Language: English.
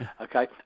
okay